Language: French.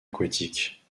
aquatiques